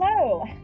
Hello